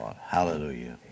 Hallelujah